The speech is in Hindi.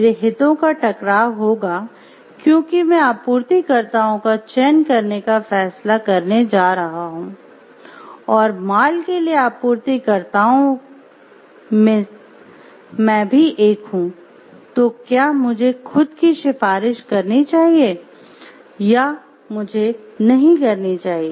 मेरे हितों का टकराव होगा क्योंकि मैं आपूर्तिकर्ताओं का चयन करने का फैसला करने जा रहा हूं और माल के लिए आपूर्तिकर्ताओं में मैं भी एक हूं तो क्या मुझे खुद की सिफारिश करनी चाहिए या मुझे नहीं करनी चाहिए